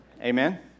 Amen